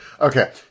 Okay